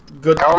good